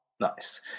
nice